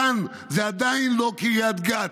כאן זה עדיין לא קריית גת,